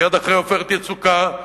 מייד אחרי "עופרת יצוקה",